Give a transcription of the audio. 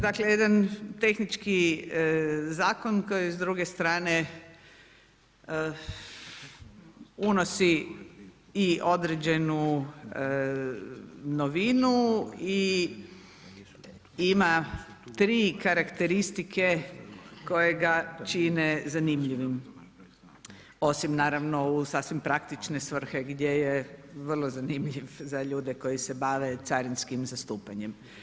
Dakle jedan tehnički zakon koji s druge strane unosi i određenu novinu i ima tri karakteristike koje ga čine zanimljivim, osim naravno u sasvim praktične svrhe gdje je vrlo zanimljiv za ljude koji se bave carinskim zastupanjem.